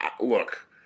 Look